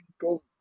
go